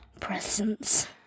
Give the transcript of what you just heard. Presents